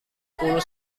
puluh